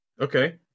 Okay